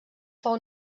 fou